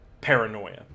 paranoia